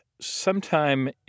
Sometime